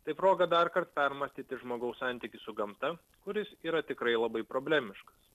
tai proga darkart permąstyti žmogaus santykį su gamta kuris yra tikrai labai problemiškas